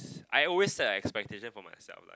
I always set expectation for myself